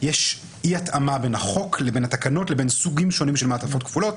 יש אי התאמה בין החוק לבין התקנות לבין סוגים שונים של מעטפות כפולות.